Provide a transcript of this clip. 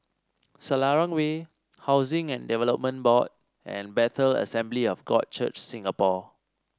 Selarang Way Housing and Development Board and Bethel Assembly of God Church Singapore